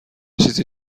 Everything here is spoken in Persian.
چیزی